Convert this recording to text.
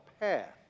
path